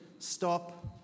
stop